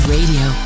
Radio